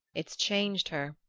it's changed her,